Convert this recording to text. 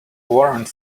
warrant